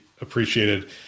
appreciated